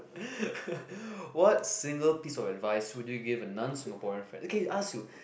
what single piece of advice would you give a non Singaporean friend okay ask you